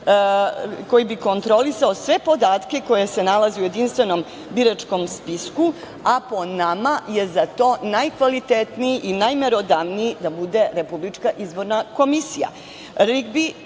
koji bi kontrolisao sve podatke koji se nalaze u jedinstvenom biračkom spisku, a po nama je za to najmerodavniji da bude RIK.Republička izborna komisija